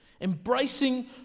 Embracing